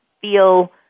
feel